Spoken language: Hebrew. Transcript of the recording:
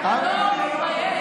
אתה לא מתבייש?